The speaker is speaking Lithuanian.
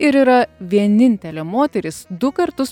ir yra vienintelė moteris du kartus